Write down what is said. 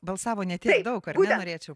balsavo ne tiek daug ar ne norėčiau